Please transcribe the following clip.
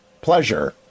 pleasure